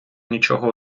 нічого